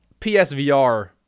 PSVR